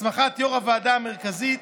הסמכת יו"ר הוועדה המרכזית,